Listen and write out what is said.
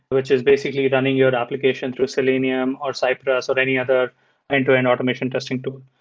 which is basically running your application through selenium or cypress or any other end-to-end automation testing tool.